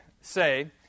say